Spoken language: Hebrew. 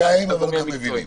אנחנו פוליטיקאים אבל מבינים.